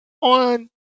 on